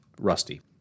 rusty